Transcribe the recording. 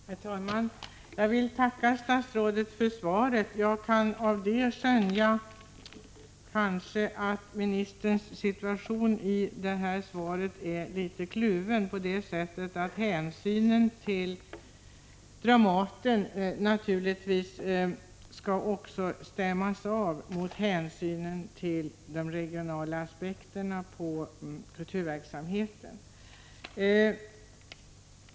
Herr talman! Jag vill tacka statsrådet för svaret. Jag kanske av det kan skönja att ministern är litet kluven. Hänsynen till Dramaten måste stämmas mot hänsynen till de regionala aspekterna på kulturverksamheten.